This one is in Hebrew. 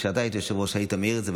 כשאתה היית יושב-ראש היית מעיר על זה,